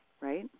right